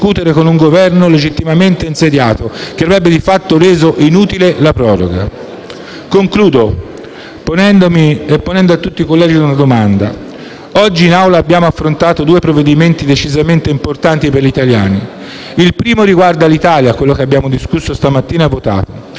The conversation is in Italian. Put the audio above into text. con un Governo legittimamente insediato, che avrebbe di fatto reso inutile la proroga. Concludo ponendomi e ponendo a tutti i colleghi una domanda. Oggi in Aula abbiamo affrontato due provvedimenti decisamente importanti per gli italiani. Il primo riguarda Alitalia, la nostra compagnia di